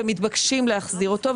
והם מתבקשים להחזיר אותו.